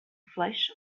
flash